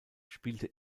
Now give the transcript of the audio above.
spielte